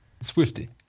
Swifty